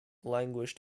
languished